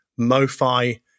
MoFi